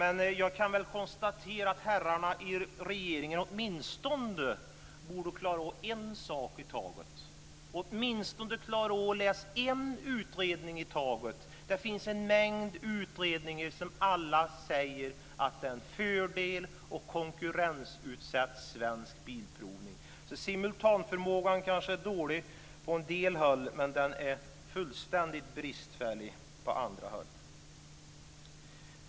Men jag kan väl konstatera att herrarna i regeringen åtminstone borde klara av en sak i taget, åtminstone borde klara av att läsa en utredning i taget. Det finns en mängd utredningar som alla säger att det är en fördel att konkurrensutsätta Svensk Bilprovning. Simultanförmågan kanske är dålig på en del håll, men den är fullständigt bristfällig på andra håll.